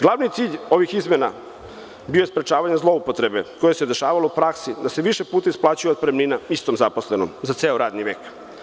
Glavni cilj ovih izmena bio je sprečavanje zloupotrebe, koje su se dešavalo u praksi, da se više puta isplaćuje otpremnina istom zaposlenom za ceo radni vek.